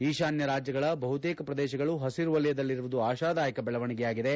ಈಶಾನ್ತ ರಾಜ್ಙಗಳ ಬಹುತೇಕ ಪ್ರದೇಶಗಳು ಹಸಿರು ವಲಯದಲ್ಲಿರುವುದು ಆಶಾದಾಯಕ ಬೆಳವಣಿಗೆಯಾಗಿದೆ